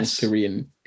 Korean